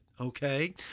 okay